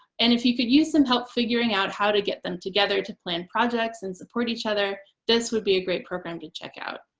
and if you could use some help figuring out how to get them together to plan projects and support each other, other, this would be a great program to check out.